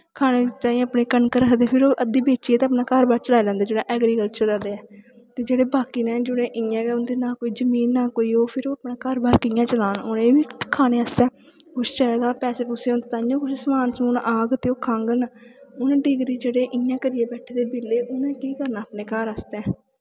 खाने ताईं अपने कनक रखदे फिर ओह् अद्धी बेचियै ते अपना घर बाह्र चलाई लैंदे जेह्ड़े ऐग्रीकल्चर आह्ले ते जेह्ड़े बाकी न जिनें इ'यां गै ना कोई जमीन ना कोई ओह् फिर अपना घर बाह्र कि'यां चलान उ'नें बी खाने आस्तै कुछ चाहिदा पैसे पूसे होन ते ताइयें कुछ समान समून आह्ग ते ओह् खाङन हून डिग्री जेह्ड़े इ'यां करियै बैठे दे बेह्ले उ'नें केह् करना अपने घर आस्तै